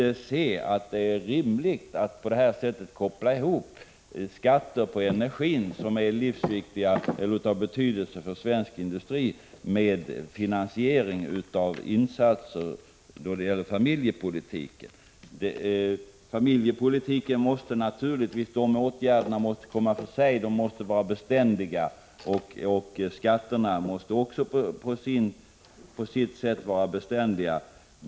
Vi anser att det är orimligt att på detta sätt koppla ihop energiskatterna, vilka är av betydelse för svensk industri, med finansieringen av insatser inom familjepolitiken. De familjepolitiska åtgärderna måste naturligtvis få utgöra ett eget område, och de måste vara beständiga. Även skatterna måste på sitt sätt vara beständiga.